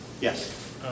Yes